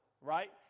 right